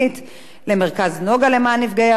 למרכז "נגה" למען נפגעי עבירה,